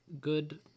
good